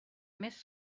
més